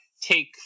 take